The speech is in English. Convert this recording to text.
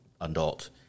adult